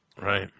Right